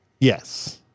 Yes